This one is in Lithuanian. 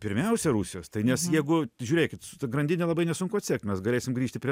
pirmiausia rusijos tai nes jeigu žiūrėkit su ta grandine labai nesunku atsekt mes galėsim grįžti prie